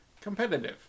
competitive